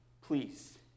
please